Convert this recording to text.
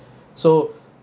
so